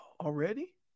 already